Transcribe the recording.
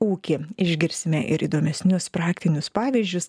ūkį išgirsime ir įdomesnius praktinius pavyzdžius